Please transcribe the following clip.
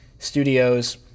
Studios